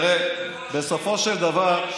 ושמאל,